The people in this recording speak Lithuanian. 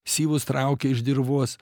syvus traukia iš dirvos